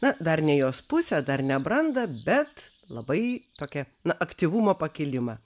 na dar ne jos pusę dar ne brandą bet labai tokia na aktyvumo pakilimą